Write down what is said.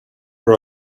for